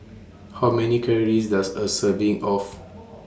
How Many Calories Does A Serving of